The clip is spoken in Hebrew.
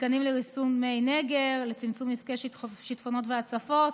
מתקנים לריסון מי נגר לצמצום נזקי שיטפונות והצפות,